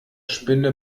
spinne